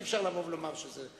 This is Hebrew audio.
אי-אפשר לבוא ולומר שזה,